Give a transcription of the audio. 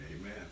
Amen